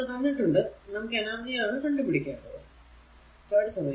അത് തന്നിട്ടുണ്ട് നമുക്ക് എനർജി ആണ് കണ്ടു പിടിക്കേണ്ടത്